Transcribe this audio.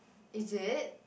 is it